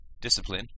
discipline